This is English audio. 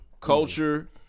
Culture